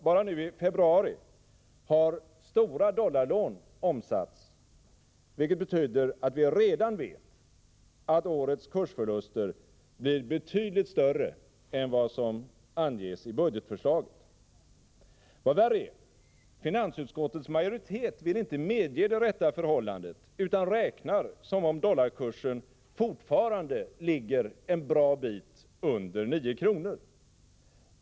Bara nu i februari har stora dollarlån omsatts, vilket betyder att vi redan vet att årets kursförluster blir betydligt större än vad som anges i budgetförslaget. Vad värre är — finansutskottets majoritet vill inte medge det rätta förhållandet utan räknar som om dollarkursen fortfarande ligger en bra bit under 9 kr.